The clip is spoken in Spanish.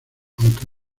aunque